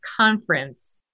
conference